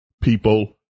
people